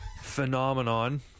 phenomenon